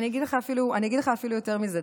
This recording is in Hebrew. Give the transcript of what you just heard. אני אגיד לך אפילו יותר מזה.